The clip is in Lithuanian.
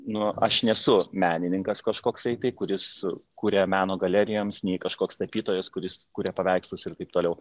nu aš nesu menininkas kažkoksai tai kuris su kuria meno galerijoms nei kažkoks tapytojas kuris kuria paveikslus ir taip toliau